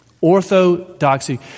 Orthodoxy